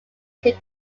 who